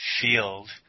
field